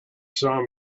saw